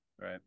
Right